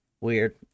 Weird